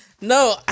No